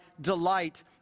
delight